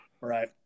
Right